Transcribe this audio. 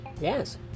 Yes